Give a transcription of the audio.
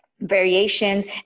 variations